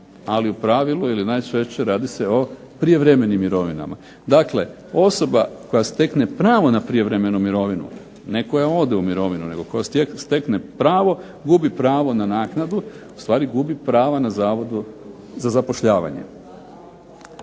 ali u pravilu ili najčešće radi se o prijevremenim mirovinama. Dakle osoba koja stekne pravo na prijevremenu mirovinu, ne koja ode u mirovinu koja stekne pravo, gubi pravo na naknadu ustvari gubi prava na Zavodu za zapošljavanje.